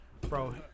bro